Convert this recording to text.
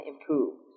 improve